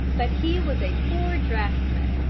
but he was a poor draughtsman,